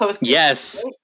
Yes